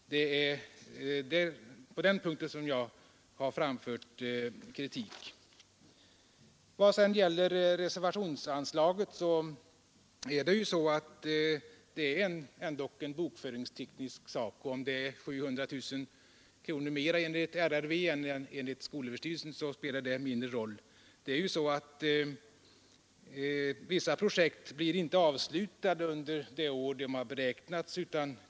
Det är på den punkten jag framfört kritik. Vad beträffar reservationsanslaget är det ändock en bokföringsteknisk sak. Om det är 750 000 kronor mer enligt riksräkenskapsverket än enligt skolöverstyrelsen spelar mindre roll. Vissa projekt blir inte avslutade under det år för vilket medel beräknats.